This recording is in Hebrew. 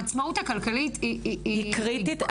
העצמאות הכלכלית --- היא קריטית,